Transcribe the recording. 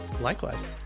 Likewise